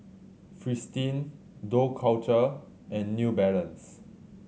Fristine Dough Culture and New Balance